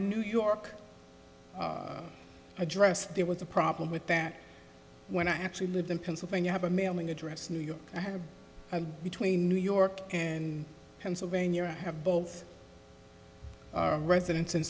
new york address there was a problem with that when i actually lived in pennsylvania have a mailing address new york i have between new york and pennsylvania i have both residents